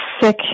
sick